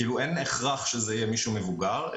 אין הכרח שזה יהיה מישהו מבוגר.